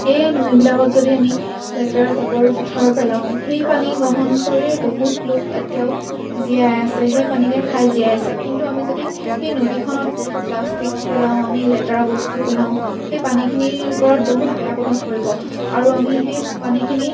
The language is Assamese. এই নৈবিলাকত যদি আমি লেতেৰা জাবৰ জোঁথৰ পেলাওঁ সেই পানী গ্ৰহণ কৰি বহুত লোক এতিয়াও জীয়াই আছে সেই পানীকে খাই জীয়াই আছে কিন্তু আমি যদি সেই নদীখনত প্লাষ্টিক পেলাওঁ আমি লেতেৰা বস্তু পেলাওঁ সেই পানীখিনিৰ ওপৰত বহুত বেয়া প্ৰভাৱ পৰিব আৰু আমি সেই পানীখিনি